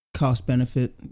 cost-benefit